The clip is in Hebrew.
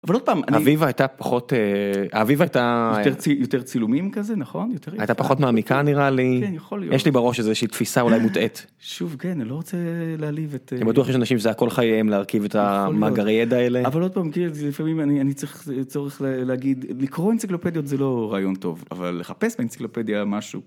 אבל עוד פעם אני... אביבה הייתה פחות אה.. אביבה הייתה... יותר צילומים כזה נכון, הייתה פחות מעמיקה נראה לי, יש לי בראש איזושהי תפיסה אולי מוטעת, שוב כן, אני לא רוצה להעליב את, אתם בטוחים שאנשים זה הכל חייהם להרכיב את המאגרי ידע האלה, אבל עוד פעם לפעמים אני צריך להגיד, לקרוא אינציקלופדיות זה לא רעיון טוב, אבל לחפש באינציקלופדיה משהו.